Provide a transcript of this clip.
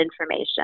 information